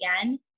again